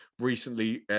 recently